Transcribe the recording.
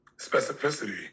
specificity